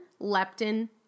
leptin